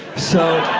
so,